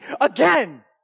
again